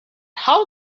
how